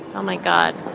oh my god,